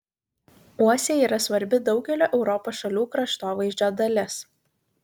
uosiai yra svarbi daugelio europos šalių kraštovaizdžio dalis